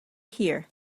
here